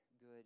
good